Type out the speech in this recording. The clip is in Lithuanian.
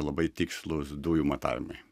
labai tikslūs dujų matavimai